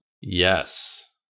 Yes